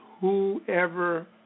whoever